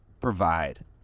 provide